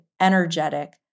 energetic